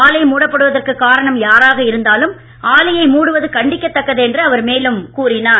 ஆலை மூடப்படுவதற்கு காரணம் யாராக இருந்தாலும் ஆலையை மூடுவது கண்டிக்கதக்கது என்று அவர் மேலும் கூறினார்